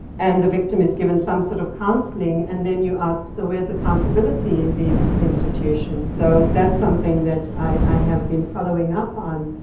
and the victim is given some sort of counseling. and then you ask, so where's accountability in these institutions? so that's something that i have been following up on.